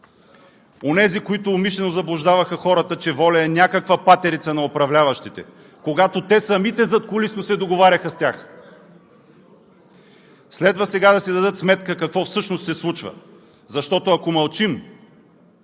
Онези, които умишлено заблуждаваха хората, че ВОЛЯ е някаква патерица на управляващите, когато те самите задкулисно се договаряха с тях, следва сега да си дадат сметка какво всъщност се случва. Защото, ако мълчим,